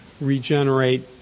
regenerate